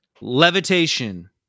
Levitation